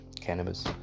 cannabis